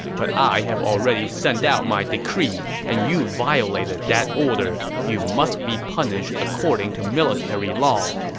but i have already sent out my decree, and you violated that order. you must be punished according to military law.